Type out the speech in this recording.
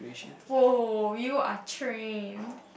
!woah! you are trained